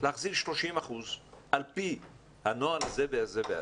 להחזיר 30 אחוזים על פי הנוהל הזה והזה.